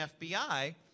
FBI